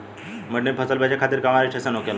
मंडी में फसल बेचे खातिर कहवा रजिस्ट्रेशन होखेला?